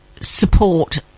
support